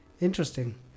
Interesting